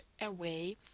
away